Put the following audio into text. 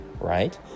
right